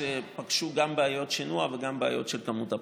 שפגשו גם בעיות שינוע וגם בעיות של כמות הפסולת,